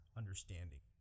understanding